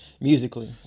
Musically